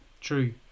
true